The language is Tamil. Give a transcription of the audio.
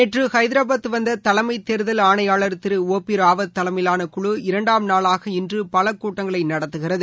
நேற்று ஐதராபாத் வந்த தலைமை தேர்தல் ஆணையாளர் திரு ஓ பி ராவத் தலைமையிவான குழு இரண்டாம் நாளாக இன்று பல குற்றங்களை நடத்துகிறது